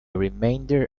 remainder